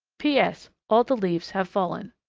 p. s. all the leaves have fallen.